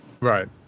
Right